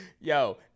yo